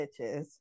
bitches